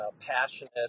passionate